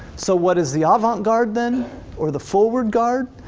so what is the avant-garde then or the forward guard?